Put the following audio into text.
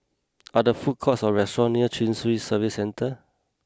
are there food courts or restaurants near Chin Swee Service Centre